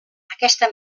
aquesta